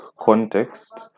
context